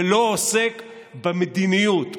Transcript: ולא עוסק במדיניות.